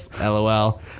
LOL